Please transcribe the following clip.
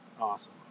Awesome